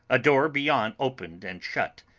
a door beyond opened and shut.